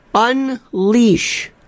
unleash